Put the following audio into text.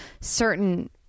certain